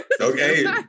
okay